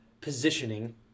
positioning